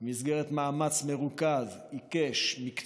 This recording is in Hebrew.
במסגרת מאמץ מרוכז, עיקש, מקצועי,